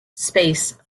space